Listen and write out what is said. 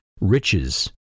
Riches